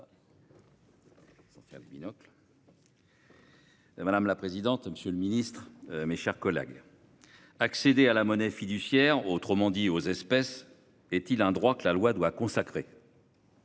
madame la présidente. Monsieur le Ministre, mes chers collègues. Accéder à la monnaie fiduciaire, autrement dit aux espèces est-il un droit que la loi doit consacrer.